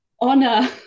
honor